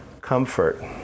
comfort